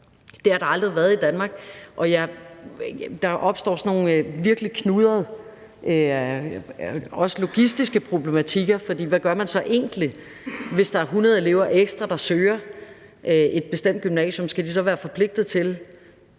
Det har der aldrig været i Danmark, og der opstår sådan nogle virkelig knudrede logistiske problematikker, for hvad gør man så egentlig, hvis der er 100 elever ekstra, der søger et bestemt gymnasium? Skal det så være forpligtet til